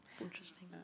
Interesting